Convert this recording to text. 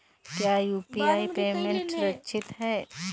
क्या UPI payment सुरक्षित है?